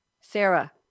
Sarah